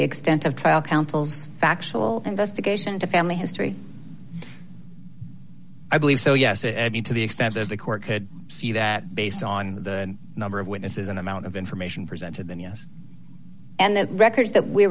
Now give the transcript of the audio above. the extent of trial counsel's factual investigation to family history i believe so yes it added to the extent of the court could see that based on the number of witnesses and amount of information presented then yes and the records that we